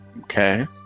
Okay